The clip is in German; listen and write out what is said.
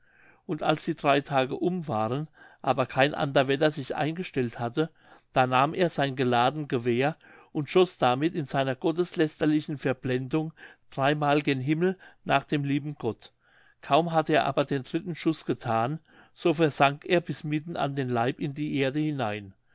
und als die drei tage um waren aber kein ander wetter sich eingestellt hatte da nahm er sein geladen gewehr und schoß damit in seiner gotteslästerlichen verblendung dreimal gen himmel nach dem lieben gott kaum hatte er aber den dritten schuß gethan so versank er bis mitten an den leib in die erde hinein